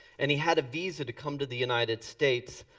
and he had a visa to come to the united states.